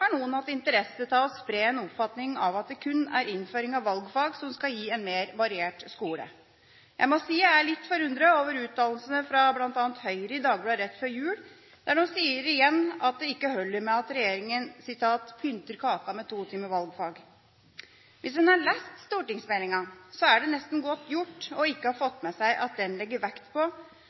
har noen hatt interesse av å spre en oppfatning av at det kun er innføring av valgfag som skal gi en mer variert skole. Jeg må si jeg er litt forundret over uttalelsene fra bl.a. Høyre i Dagbladet rett før jul, der de sier igjen at det ikke holder med at regjeringa pynter kaka med to timer valgfag. Hvis en har lest stortingsmeldingen, er det nesten godt gjort ikke å ha fått med seg at den legger vekt på